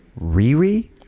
Riri